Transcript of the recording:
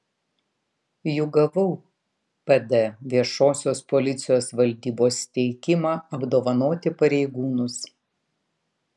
juk gavau pd viešosios policijos valdybos teikimą apdovanoti pareigūnus